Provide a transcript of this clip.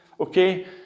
okay